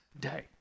day